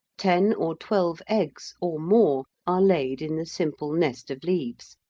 ten or twelve eggs, or more, are laid in the simple nest of leaves,